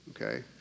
Okay